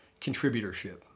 contributorship